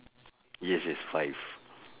yes yes five